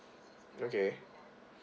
okay